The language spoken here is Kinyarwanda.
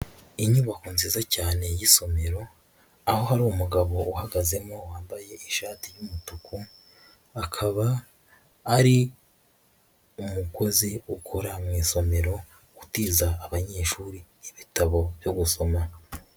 Inyubako nziza cyane y'isomero aho hari umugabo uhagazemo wambaye ishati y'umutuku, akaba ari umukozi ukora mu isomero utiza abanyeshuri ibitabo byo gusoma.